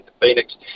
Phoenix